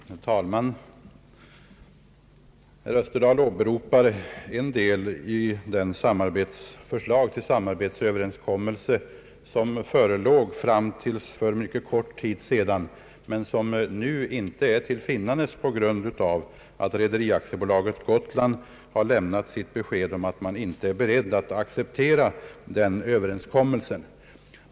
Herr talman! Herr Österdahl åberopar en del i det förslag till samarbetsöverenskommelse som förelåg fram till för mycket kort tid sedan. Nu har emellertid Rederi AB Gotland lämnat beskedet att bolaget inte är berett att acceptera det förslaget.